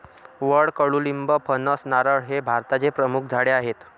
वड, कडुलिंब, फणस, नारळ हे भारताचे प्रमुख झाडे आहे